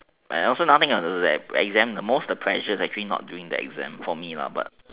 like also nothing of the exams most of the pressure that came out is during the exam for me lah but